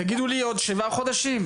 תגידו לי בעוד שבעה חודשים,